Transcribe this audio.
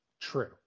True